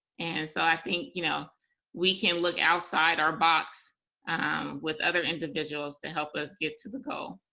and, so, i think you know we can look outside our box um with other individuals to help us get to the goal.